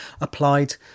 applied